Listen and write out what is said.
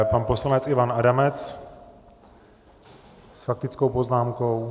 Pan poslanec Ivan Adamec s faktickou poznámkou.